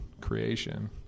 creation